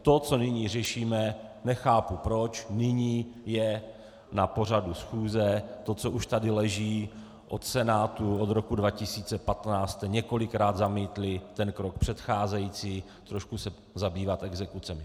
To, co nyní řešíme, nechápu proč nyní je na pořadu schůze, to, co už tady leží od Senátu od roku 2015, jste několikrát zamítli ten krok předcházející trošku se zabývat exekucemi.